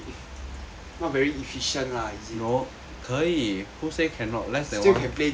not very efficient lah is it still can play game lah